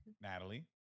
Natalie